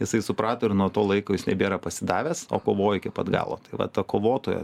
jisai suprato ir nuo to laiko jis nebėra pasidavęs o kovojo iki pat galo tai vat ta kovotojo